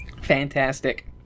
Fantastic